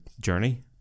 journey